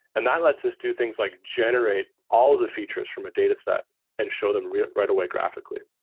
and that lets us do things like generate all the features from a dataset and show them right right away graphically,